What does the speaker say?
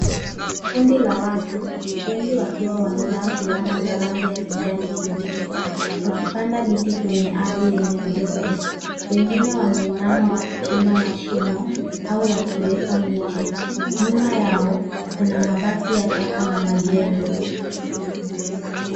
Kundi la watu, wengi wakiwa wamevaa fulana za rangi ya kijani kibichi, wakipanda miti kwenye ardhi yenye udongo. Wengine wameinama wakichimba mashimo au wakiweka miche. Nyuma yao kuna mabaki ya taka na majengo.